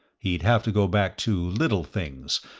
he'd have to go back to little things,